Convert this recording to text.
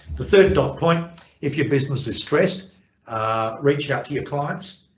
the third dot point if your business is stressed reach out to your clients,